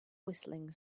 whistling